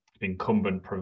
incumbent